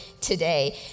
today